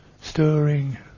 stirring